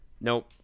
nope